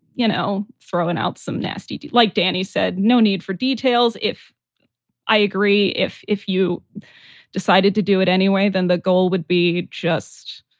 you know, throwing out some nasty, like danny said, no need for details. if i agree, if if you decided to do it anyway, then the goal would be just